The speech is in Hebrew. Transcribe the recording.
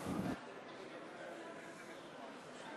45, נגד, 52. הצעת